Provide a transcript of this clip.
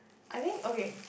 I think okay